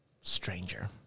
Stranger